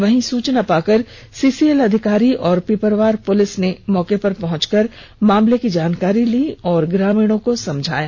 वहीं सूचना पाकर सीसीएल अधिकारी व पिपरवार पुलिस ने मौके पर पहुंचकर मामले की जानकारी ली और ग्रामीणो को समझाया